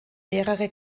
mehrere